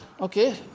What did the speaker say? okay